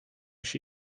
się